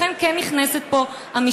לכן, כן נכנסת פה המשטרה.